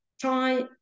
try